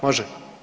Može?